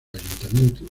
ayuntamiento